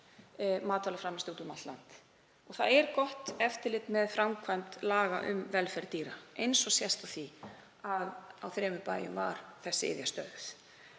matvælaframleiðslu úti um allt land og það er gott eftirlit með framkvæmd laga um velferð dýra, eins og sést á því að á þremur bæjum var þessi iðja stöðvuð.